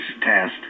test